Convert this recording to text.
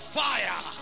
fire